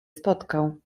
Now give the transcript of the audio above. spotkał